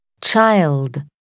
Child